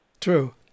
True